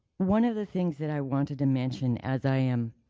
one of the things that i wanted to mention as i am